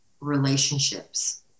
relationships